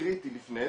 קריטי לפני,